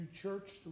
church